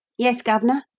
yes, gov'nor?